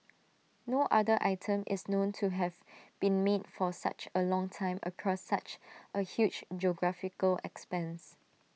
no other item is known to have been made for such A long time across such A huge geographical expanse